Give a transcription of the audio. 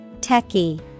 Techie